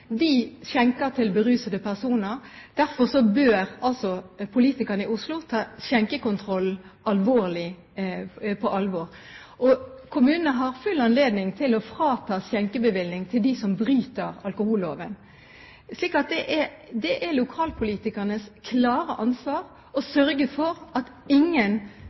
skjenker berusede personer. Derfor bør politikerne i Oslo ta skjenkekontrollen på alvor. Kommunene har full anledning til å ta skjenkebevillingen fra dem som bryter alkoholloven. Det er lokalpolitikernes klare ansvar å sørge for at ingen